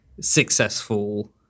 successful